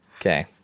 Okay